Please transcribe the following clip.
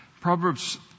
Proverbs